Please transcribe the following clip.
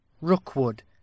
Rookwood